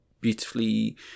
beautifully